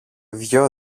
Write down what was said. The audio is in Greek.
δυο